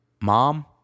Mom